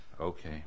Okay